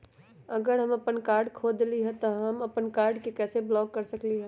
अगर हम अपन कार्ड खो देली ह त हम अपन कार्ड के कैसे ब्लॉक कर सकली ह?